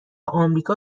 آمریکا